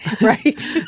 right